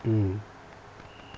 mm